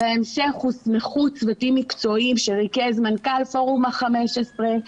בהמשך הוסמכו צוותים מקצועיים שריכז מנכ"ל פורום ה-15,